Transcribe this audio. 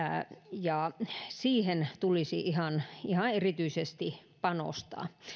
ja siihen tulisi ihan ihan erityisesti panostaa